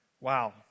Wow